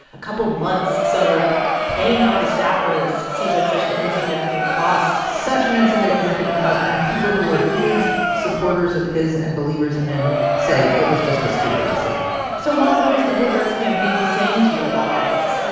a couple months. so paying out the staffers seems like such an insignificant cost such an insignificant cost. and people who were huge supporters of his and believers in him say it was just a stupid decision so, juana, what is the bloomberg's campaign saying to you about all of this?